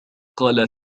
قال